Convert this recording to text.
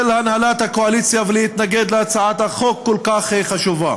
הנהלת הקואליציה ולהתנגד להצעת חוק כל כך חשובה.